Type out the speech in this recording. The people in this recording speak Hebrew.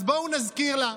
אז בואו נזכיר לה.